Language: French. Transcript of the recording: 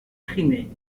crimée